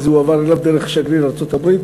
וזה הועבר אליו דרך שגריר ארצות-הברית